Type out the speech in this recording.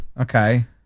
Okay